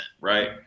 right